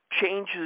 changes